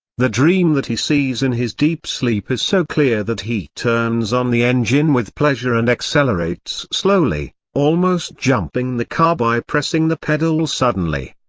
the dream that he sees in his deep sleep is so clear that he turns on the engine with pleasure and accelerates slowly, almost jumping the car by pressing the pedal suddenly.